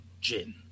gin